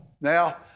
Now